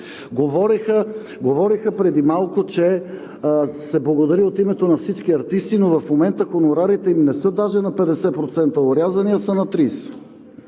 Говореха преди малко, че се благодари от името на всички артисти, но в момента хонорарите им не са даже на 50% орязани, а са на 30%.